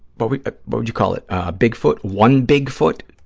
but would ah but would you call it, ah big foot, one big foot?